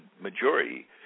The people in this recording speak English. majority